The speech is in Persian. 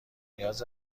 نیاز